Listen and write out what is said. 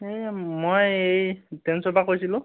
এই মই এই টেনছৰ পৰা কৈছিলোঁ